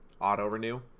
auto-renew